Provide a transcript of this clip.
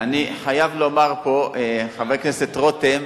אני חייב לומר פה, חבר הכנסת רותם,